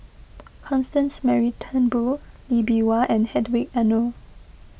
Constance Mary Turnbull Lee Bee Wah and Hedwig Anuar